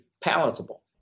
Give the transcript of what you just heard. palatable